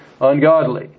ungodly